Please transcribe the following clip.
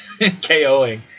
KOing